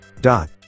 Dot